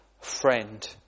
friend